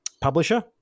publisher